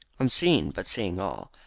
unseen but seeing all,